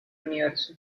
universo